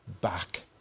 back